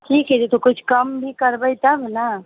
ठीक है तऽ किछु कम भी करबै तब ने